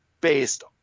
based